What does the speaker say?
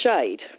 shade